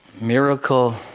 miracle